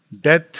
death